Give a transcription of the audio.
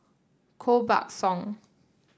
Koh Buck Song